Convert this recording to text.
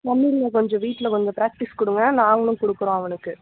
தமிழில் கொஞ்சம் வீட்டில் கொஞ்சம் பிராக்ட்டிஸ் கொடுங்க நாங்களும் கொடுக்கறோம் அவனுக்கு